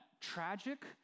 tragic